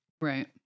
right